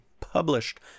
published